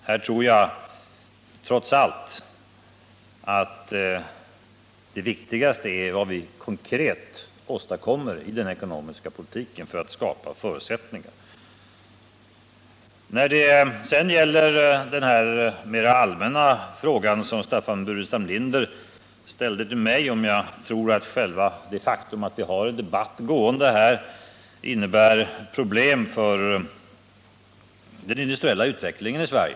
Här tror jag, trots allt, att det viktigaste är vad vi konkret åstadkommer i den ekonomiska politiken för att skapa goda förutsättningar. Så frågar Staffan Burenstam Linder om jag tror att det faktum att det pågår en diskussion om löntagarfonder innebär problem för den industriella utvecklingen i Sverige.